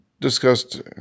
discussed